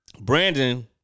Brandon